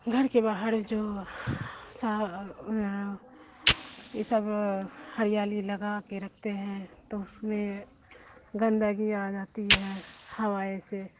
گھر کے باہر جو سا یہ سب ہریالی لگا کے رکھتے ہیں تو اس میں گندگی آ جاتی ہے ہوا سے